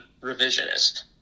revisionist